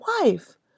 wife